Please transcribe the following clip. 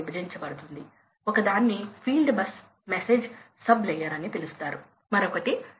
మనము దీన్ని ఎలా మూసివేస్తాము నేను తిరిగి వెళ్ళగలను